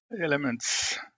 elements